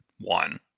One